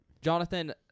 Jonathan